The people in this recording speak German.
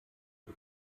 die